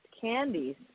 candies